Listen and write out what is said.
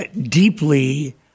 deeply